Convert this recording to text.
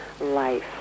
life